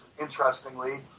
interestingly